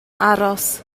aros